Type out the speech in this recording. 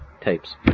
tapes